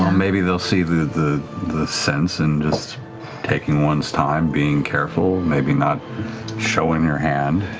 maybe they'll see the the sense in just taking one's time, being careful, maybe not showing your hand.